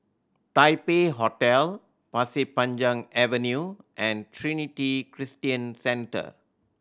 Taipei Hotel Pasir Panjang Avenue and Trinity Christian Centre